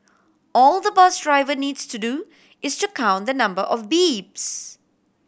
all the bus driver needs to do is to count the number of beeps